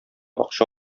акча